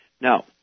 Now